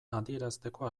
adierazteko